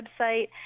website